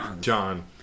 John